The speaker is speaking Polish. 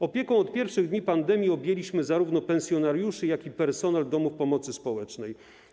Opieką od pierwszych dni pandemii objęliśmy zarówno pensjonariuszy, jak i personel domów pomocy społecznej.